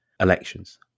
elections